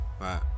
Right